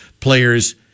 players